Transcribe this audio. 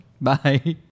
Bye